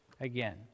again